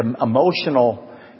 emotional